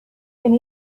and